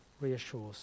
reassures